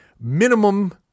minimum